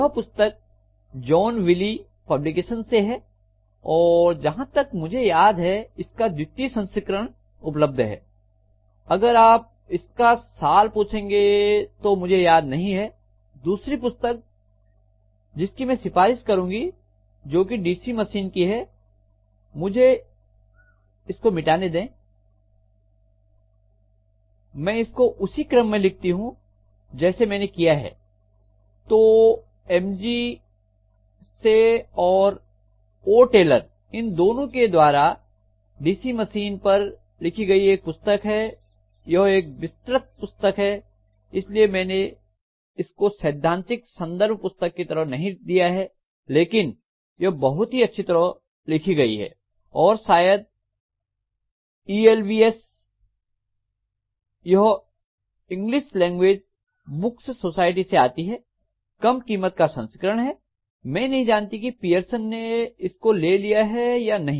यह पुस्तक John Wiley publication से है और जहां तक मुझे याद है इसका द्वितीय संस्करण उपलब्ध है अगर आप इसका साल पूछेंगे तो मुझे याद नहीं है दूसरी पुस्तक जिसकी में सिफारिश करूंगी जो कि डीसी मशीन की है मुझे इसको मिटाने दें मैं इसको उसी क्रम में लिखती हूं जैसे मैंने किया है तो एम जी से और ओ टेलर इन दोनों के द्वारा डीसी मशीन पर लिखी गई एक पुस्तक है यह एक विस्तृत पुस्तक है इसलिए मैंने इसको सैद्धांतिक संदर्भ पुस्तक की तरह नहीं दिया है लेकिन यह बहुत ही अच्छी तरह लिखी गई है और शायद ई एल बी एस यह इंग्लिश लैंग्वेज बुक्स सोसाइटी से आती है कम कीमत का संस्करण है मैं नहीं जानती की पियरसन ने इसको ले लिया है या नहीं